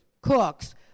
cooks